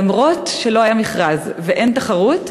אף-על-פי שלא היה מכרז ואין תחרות,